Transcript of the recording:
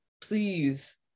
Please